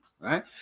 Right